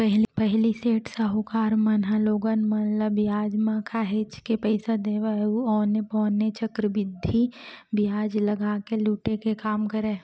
पहिली सेठ, साहूकार मन ह लोगन मन ल बियाज म काहेच के पइसा देवय अउ औने पौने चक्रबृद्धि बियाज लगा के लुटे के काम करय